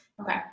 Okay